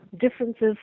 differences